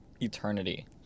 eternity